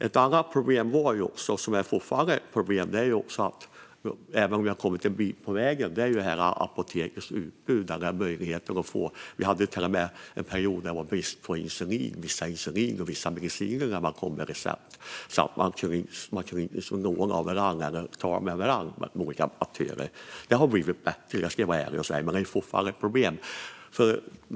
Ett annat problem var - och det är fortfarande ett problem även om vi har kommit en bit på vägen - apotekens utbud och möjligheter att få tag i läkemedel. Under en period var det till och med brist på insulin och vissa andra mediciner när man kom med sitt recept, och olika apotek kunde inte låna av varandra eller tala med varandra. Det har blivit bättre - det ska jag vara ärlig och säga - men det är fortfarande ett problem.